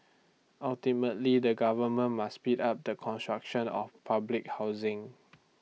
ultimately the government must speed up the construction of public housing